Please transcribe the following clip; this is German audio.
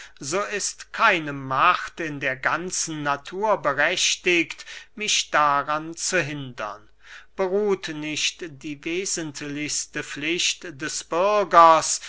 so ist keine macht in der ganzen natur berechtigt mich daran zu hindern beruht nicht die wesentlichste pflicht des bürgers